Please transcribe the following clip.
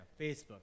Facebook